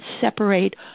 separate